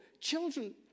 children